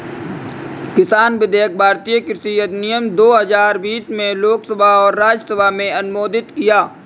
किसान विधेयक भारतीय कृषि अधिनियम दो हजार बीस में लोकसभा और राज्यसभा में अनुमोदित किया